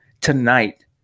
tonight